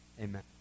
Amen